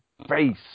Face